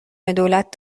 دولت